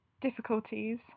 difficulties